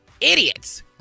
idiots